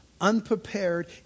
unprepared